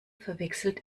verwechselt